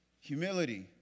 Humility